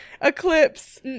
Eclipse